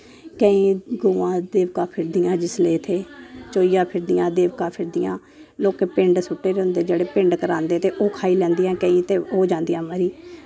केंई गवां देबका फिरदियां जिसलै इत्थै चोइया फिरदियां देवका फिरदियां लोकें पिँड सुट्टे दे होंदे जेह्ड़े पिंड करांदे ते ओह् खाई लैंदियां केई ते ओह् जांदियां मरी